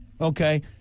Okay